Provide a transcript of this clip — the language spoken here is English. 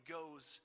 goes